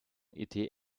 été